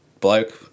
bloke